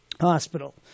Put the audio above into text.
Hospital